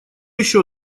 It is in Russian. еще